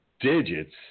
digits